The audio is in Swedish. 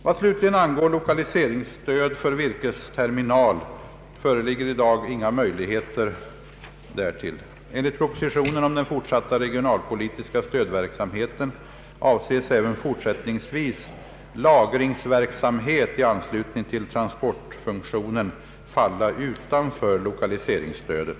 Vad slutligen angår lokaliseringsstöd för virkesterminal föreligger i dag inga möjligheter därtill. Enligt propositionen om den fortsatta regionalpolitiska stödverksamheten avses även fortsättningsvis lagringsverksamhet i anslutning till transportfunktionen falla utanför lokaliseringsstödet.